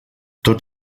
tot